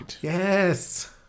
Yes